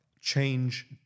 change